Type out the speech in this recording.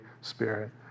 Spirit